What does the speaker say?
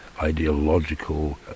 ideological